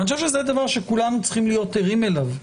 אני חושב שזה דבר שכולם צריכים להיות ערים אליו,